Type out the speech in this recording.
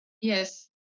yes